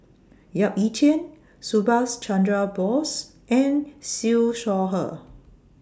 Yap Ee Chian Subhas Chandra Bose and Siew Shaw Her